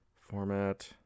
format